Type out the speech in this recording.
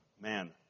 man